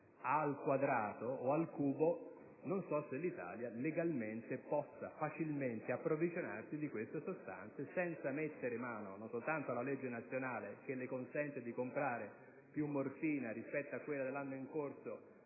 al quadrato" o "x al cubo", non so se l'Italia legalmente riuscirebbe facilmente ad approvvigionarsi di queste sostanze senza mettere mano alla legge nazionale che le consente di comprare più morfina rispetto a quella prevista per l'anno in corso